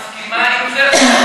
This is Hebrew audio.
מסכימה עם זה?